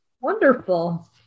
Wonderful